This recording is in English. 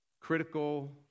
Critical